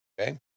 Okay